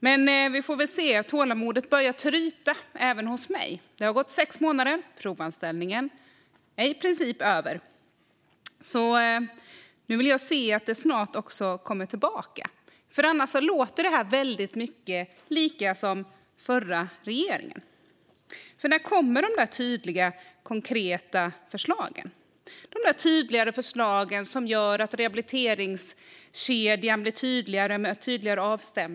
Men vi får väl se. Tålamodet börjar tryta även hos mig. Det har gått sex månader. Provanställningen är i princip över. Nu vill jag se att det snart också kommer något tillbaka. Annars låter det här väldigt mycket som förra regeringen. När kommer de tydliga och konkreta förslag som gör att rehabiliteringskedjan och avstämningarna blir tydligare?